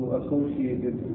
associated